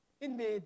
Indeed